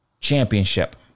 Championship